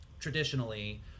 Traditionally